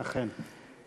אכן.